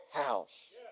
house